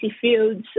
Fields